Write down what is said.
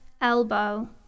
elbow